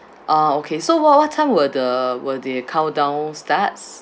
ah okay so what what time will the will the countdown starts